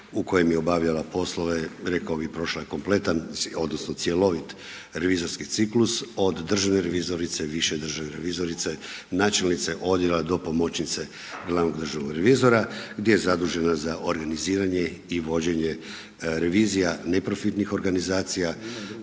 u kojem je obavljala poslove, rekao bih prošla je kompletan, odnosno cjelovit revizorski ciklus od državne revizorice, više državne revizorice, načelnice odjela do pomoćnice glavnog državnog revizora gdje je zadužena za organiziranje i vođenje revizija neprofitnih organizacija,